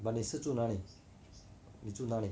but 你是住哪里你住哪里